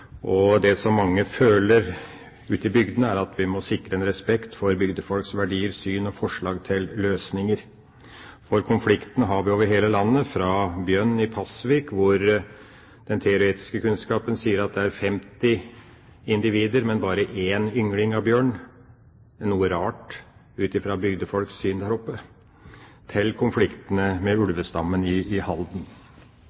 Det som mange føler ute i bygdene, er at vi må sikre en respekt for bygdefolks verdier, syn og forslag til løsninger, for denne konflikten har vi over hele landet, fra bjørn i Pasvik, hvor den teoretiske kunnskapen sier at det er 50 individer, men bare én yngling av bjørn – noe rart ut fra bygdefolks syn der oppe – til konfliktene med